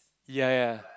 ya ya